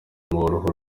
uruhu